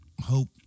Hope